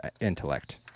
intellect